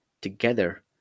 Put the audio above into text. together